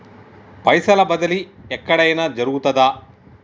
పైసల బదిలీ ఎక్కడయిన జరుగుతదా?